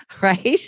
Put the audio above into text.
Right